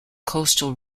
coastal